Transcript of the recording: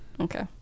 Okay